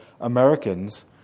Americans